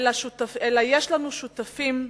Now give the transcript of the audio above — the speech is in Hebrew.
אלא יש לנו שותפים,